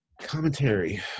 commentary